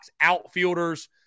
outfielders